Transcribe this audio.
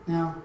Now